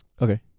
Okay